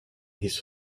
his